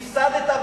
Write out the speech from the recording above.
הפסדת,